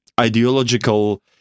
ideological